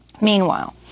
Meanwhile